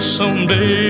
someday